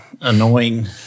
annoying